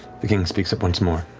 the king speaks up once more.